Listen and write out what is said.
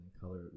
color